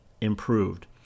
improved